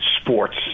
sports